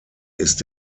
ist